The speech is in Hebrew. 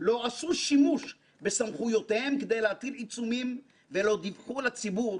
לא עשו שימוש בסמכויותיהם כדי להטיל עיצומים ולא דיווחו לציבור